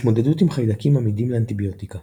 התמודדות עם חיידקים עמידים לאנטיביוטיקה